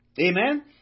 Amen